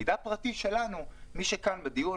מידע פרטי שלנו- מי שכאן בדיון,